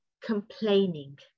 complaining